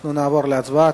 אנחנו נעבור להצבעה.